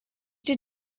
did